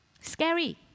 Scary